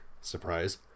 Surprise